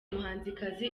muhanzikazi